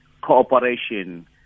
cooperation